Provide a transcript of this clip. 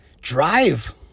Drive